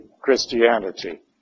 Christianity